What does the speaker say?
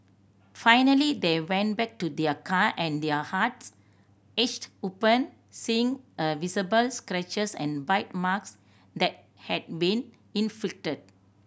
finally they went back to their car and their hearts ached open seeing the visible scratches and bite marks that had been inflicted